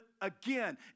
again